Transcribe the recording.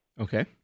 Okay